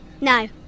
No